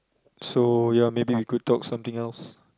so ya maybe we could talk something else